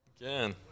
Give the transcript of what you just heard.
again